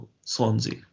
Swansea